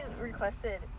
requested